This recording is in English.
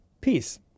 Peace